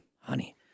honey